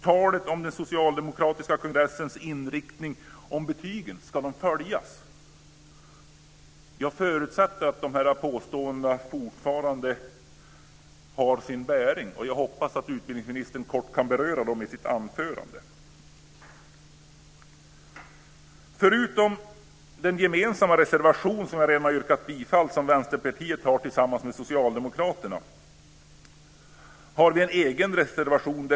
Talet om att den socialdemokratiska kongressens inriktning om betygen ska följas. Jag förutsätter att dessa påståenden fortfarande har sin bäring. Jag hoppas att utbildningsministern kort kan beröra dem i sitt anförande. Förutom den gemensamma reservation som Vänsterpartiet har tillsammans med Socialdemokraterna, och som jag redan har yrkat bifall till, har vi en egen reservation.